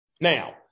Now